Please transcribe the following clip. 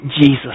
Jesus